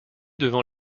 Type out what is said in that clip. devant